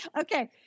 Okay